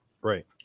Right